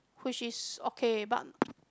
which is okay but